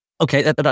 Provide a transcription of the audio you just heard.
Okay